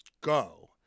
go